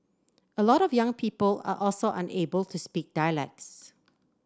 a lot of young people are also unable to speak dialects